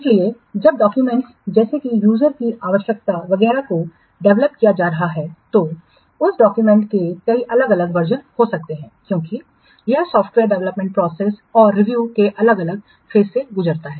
इसलिए जब डाक्यूमेंट्स जैसे कि यूजर की आवश्यकता वगैरह को डेवलप्ड किया जा रहा है तो उस डाक्यूमेंट्स के कई अलग अलग वर्जन हो सकते हैं क्योंकि यह सॉफ्टवेयर डेवलपमेंट प्रोसेसऔर रिव्यू के अलग अलग फेस से गुजरता है